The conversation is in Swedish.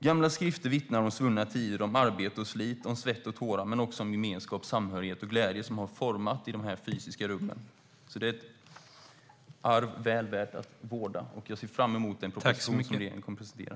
Gamla skrifter vittnar om svunna tider, om arbete och slit, om svett och tårar men också om gemenskap, samhörighet och glädje som har format de här fysiska rummen. Det är ett arv väl värt att vårda, och jag ser fram emot den proposition som regeringen kommer att presentera.